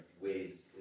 ways